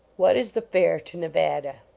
what is the fare to nevada?